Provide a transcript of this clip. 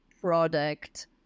product-